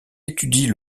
étudie